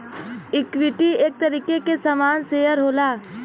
equity एक तरीके के सामान शेअर होला